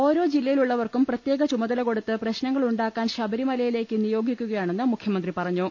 ഓരോ ജില്ലയിലുള്ളവർക്കും പ്രത്യേക ചുമതല കൊടുത്ത് പ്രശ്നങ്ങളു ണ്ടാക്കാൻ ശബരിമലയിലേക്ക് നിയോഗിക്കുകയാണെന്ന് മുഖ്യ മന്ത്രി പറഞ്ഞു